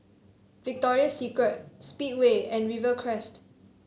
Victoria Secret Speedway and Rivercrest